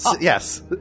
yes